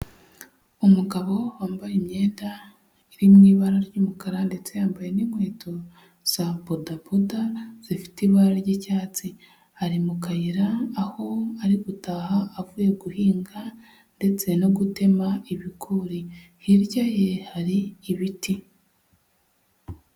Umugabo wambaye imyenda iri mu ibara ry'umukara ndetse yambaye n'inkweto za bodaboda zifite ibara ry'icyatsi. Ari mu kayira aho ari gutaha avuye guhinga ndetse no gutema ibigori, hirya ye hari ibiti.